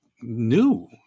new